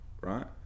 right